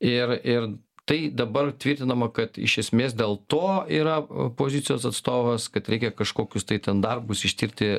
ir ir tai dabar tvirtinama kad iš esmės dėl to yra opozicijos atstovas kad reikia kažkokius tai ten darbus ištirti